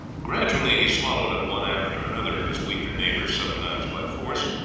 gradually he swallowed up one after another of his weaker neighbors, sometimes by force,